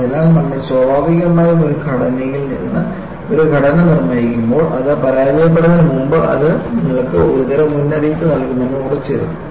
അതിനാൽ നമ്മൾ സ്വാഭാവികമായും ഒരു ഘടനയിൽ നിന്ന് ഒരു ഘടന നിർമ്മിക്കുമ്പോൾ അത് പരാജയപ്പെടുന്നതിന് മുമ്പ് അത് നിങ്ങൾക്ക് ഒരുതരം മുന്നറിയിപ്പ് നൽകും എന്ന് ഉറച്ചിരുന്നു